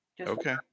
Okay